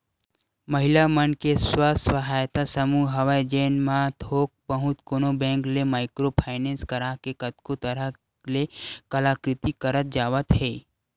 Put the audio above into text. महिला मन के स्व सहायता समूह हवय जेन मन ह थोक बहुत कोनो बेंक ले माइक्रो फायनेंस करा के कतको तरह ले कलाकृति करत जावत हे